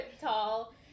tall